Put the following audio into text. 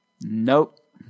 Nope